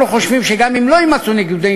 אנחנו חושבים שגם אם לא יימצאו ניגודי